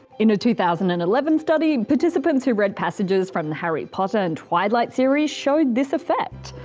in a two thousand and eleven study, participants who read passages from the harry potter and twilight series showed this effect.